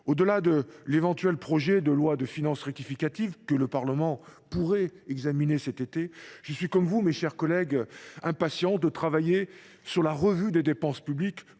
Au delà d’un éventuel projet de loi de finances rectificative que le Parlement pourrait examiner cet été, je suis, comme vous, mes chers collègues, impatient de travailler sur la revue des dépenses publiques